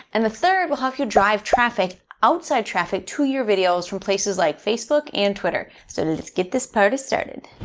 and the third will help to drive traffic, outside traffic to your videos from places like facebook and twitter. so let's get this party started.